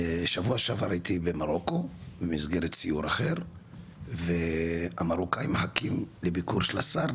שבוע שעבר הייתי במרוקו במסגרת סיור אחר והמרוקאים מחכים לביקור של השר,